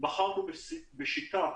בחרנו בשיטה,